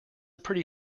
pretty